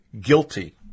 Guilty